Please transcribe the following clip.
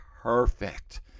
perfect